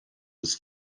was